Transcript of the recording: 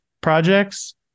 projects